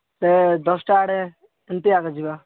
ଏ ଦଶଟା ଆଡ଼େ ଏମିତି ଏକା ଯିବା